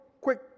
quick